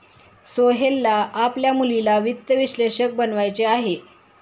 सोहेलला आपल्या मुलीला वित्त विश्लेषक बनवायचे आहे